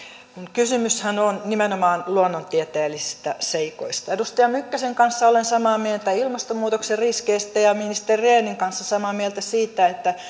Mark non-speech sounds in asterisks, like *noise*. kysymyshän on nimenomaan luonnontieteellisistä seikoista edustaja mykkäsen kanssa olen samaa mieltä ilmastonmuutoksen riskeistä ja ministeri rehnin kanssa samaa mieltä siitä että *unintelligible*